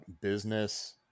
business